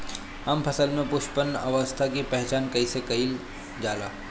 हम फसलों में पुष्पन अवस्था की पहचान कईसे कईल जाला?